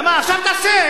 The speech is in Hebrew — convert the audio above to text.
עכשיו תעשה,